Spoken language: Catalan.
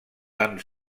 tan